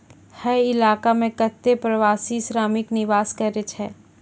हय इलाको म कत्ते प्रवासी श्रमिक निवास करै छै